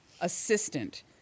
assistant